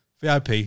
vip